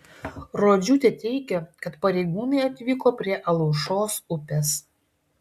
rodžiūtė teigia kad pareigūnai atvyko prie alaušos upės